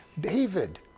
David